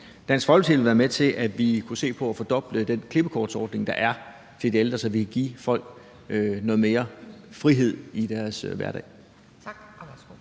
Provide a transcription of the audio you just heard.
Dansk Folkeparti vil være med til, at vi kunne se på at fordoble den klippekortsordning, der er til de ældre, så vi kan give folk noget mere frihed i deres hverdag. Kl. 11:24 Anden